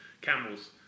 camels